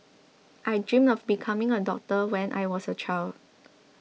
I dreamt of becoming a doctor when I was a child